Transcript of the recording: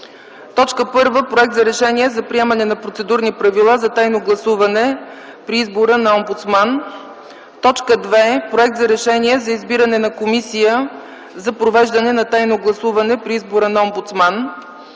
следва: 1. Проект за Решение за приемане на процедурни правила за тайно гласуване при избора на омбудсман. 2. Проект за Решение за избиране на Комисия за провеждане на тайното гласуване при избора на омбудсман.